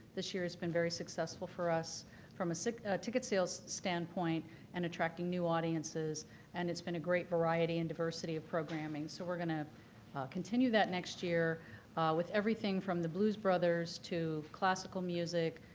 this year has been very successful for us from a ticket sales standpoint and attracting new audiences and it's been a great variety and diversity of programming, so we're going to continue that next year with everything from the blues brothers to classical music,